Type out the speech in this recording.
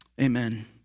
Amen